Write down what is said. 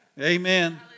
Amen